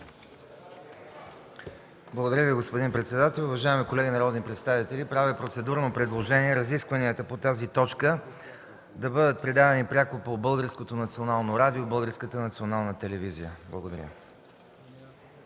Благодаря Ви, господин председател. Уважаеми колеги народни представители, правя процедурно предложение разискванията по тази точка да бъдат предавани пряко по Българското